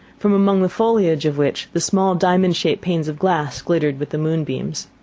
from among the foliage of which the small diamond-shaped panes of glass glittered with the moonbeams.